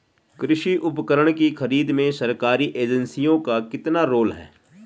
कृषि उपकरण की खरीद में सरकारी एजेंसियों का कितना रोल है?